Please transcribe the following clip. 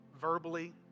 verbally